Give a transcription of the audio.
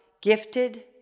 gifted